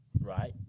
right